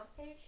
page